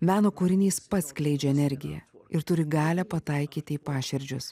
meno kūrinys pats skleidžia energiją ir turi galią pataikyti į paširdžius